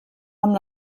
amb